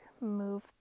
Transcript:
move